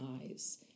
eyes